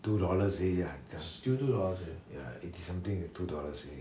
two dollars already lah ya I think something like two dollars already